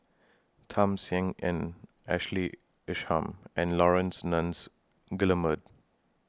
Tham Sien Yen Ashley Isham and Laurence Nunns Guillemard